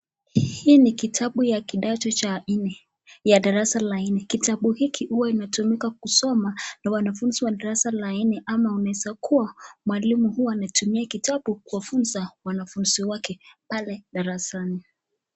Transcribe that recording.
Hii ni kitabu ya kidato cha nne ya darasa la nne, kitabu hiki huwa inatumika kusoma na wanafunzi wa darasa la nne ama unaweza kuwa mwalimu huwa anatumia kitabu kuwafunza wanafunzi wake pale darasani.